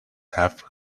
have